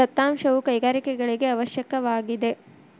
ದತ್ತಾಂಶವು ಕೈಗಾರಿಕೆಗಳಿಗೆ ಅವಶ್ಯಕವಾಗಿದೆ